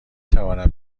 توانم